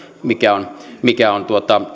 että mikä on